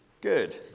Good